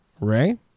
Ray